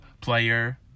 player